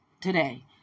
today